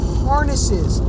harnesses